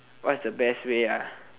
what's the best way ah